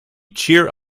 cheer